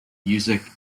music